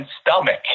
stomach